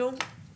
זום, זום.